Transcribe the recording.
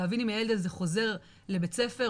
להבין אם הילד הזה חוזר לבית הספר,